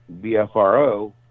BFRO